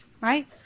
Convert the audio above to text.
Right